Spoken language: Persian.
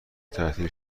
تعطیل